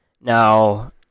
Now